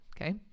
okay